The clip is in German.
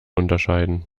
unterscheiden